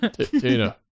Tina